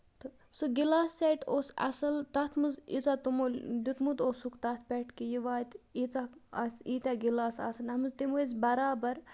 تہٕ سُہ glass set اوس اَصٕل تتھ منٛز یٖژھ تِمو دیُت مُت اوسُکھ تَتھ پٮ۪ٹھ کہِ یہِ واتہِ ییژھہ آسہِ ییتیٚہ گِلاس آسن اَتھ منٛز تِم ٲسۍ برابر